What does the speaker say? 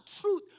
truth